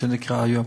כפי שהא נקרא היום.